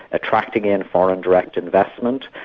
attracting in foreign direct investment,